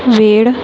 वेड